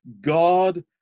God